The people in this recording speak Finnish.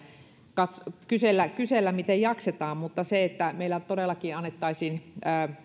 kysellä kysellä miten jaksetaan mutta se että meillä todellakin annettaisiin